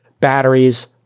batteries